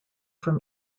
from